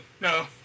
no